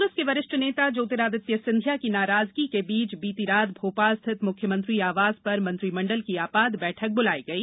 कांग्रेस के वरिष्ठ नेता ज्योतिरादित्य सिंधिया की नाराजगी के बीच बीती रात भोपाल स्थित मुख्यमंत्री आवास पर मंत्रिमंडल की आपात बैठक बुलाई गई